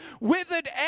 Withered